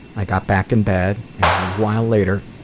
i got back in bed, and a little while later,